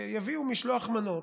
יביאו משלוח מנות,